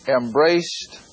embraced